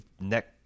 neck –